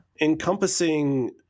encompassing